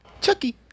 Chucky